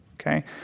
okay